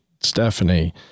Stephanie